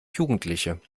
jugendliche